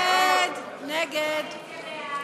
סעיף תקציבי 41,